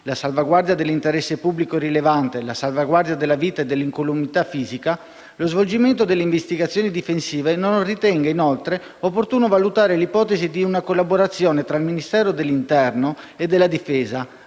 la salvaguardia dell'interesse pubblico rilevante, la salvaguardia della vita e dell'incolumità fisica, lo svolgimento delle investigazioni difensive, le chiedo se non ritenga inoltre opportuno valutare l'ipotesi di una collaborazione tra i Ministeri dell'interno e della difesa,